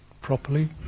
properly